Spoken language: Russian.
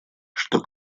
что